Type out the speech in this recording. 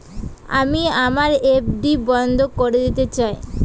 আমি আমার এফ.ডি বন্ধ করে দিতে চাই